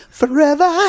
forever